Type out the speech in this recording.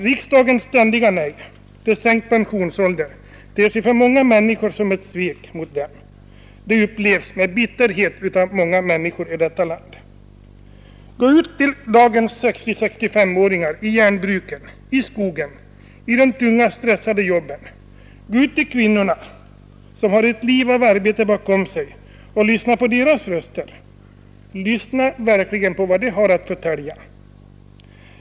Riksdagens ständiga nej till sänkt pensionsålder ter sig för många människor som ett svek mot dem. Det upplevs med bitterhet av många människor i detta land. Gå ut till dagens 60—6S-åringar i järnbruken, i skogen, i de tunga stressande jobben — gå ut till kvinnorna, som har ett liv av arbete bakom sig, och lyssna på deras röster! Lyssna verkligen på vad de har att förtälja!